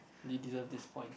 you deserve this point